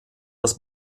das